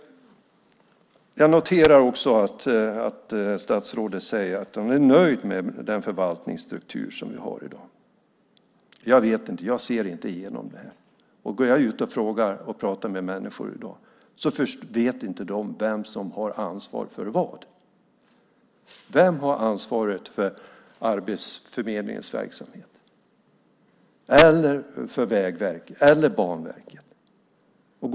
Jag noterar också att statsrådet säger att han är nöjd med den förvaltningsstruktur som vi har i dag. Jag vet inte, jag ser inte igenom det. Går jag ut och pratar med människor i dag vet de inte vem som har ansvaret för vad, till exempel vem som har ansvaret för Arbetsförmedlingens, Vägverkets eller Banverkets verksamhet.